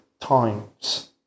times